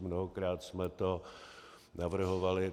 Mnohokrát jsme to navrhovali.